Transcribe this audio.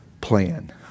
plan